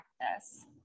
practice